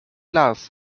lars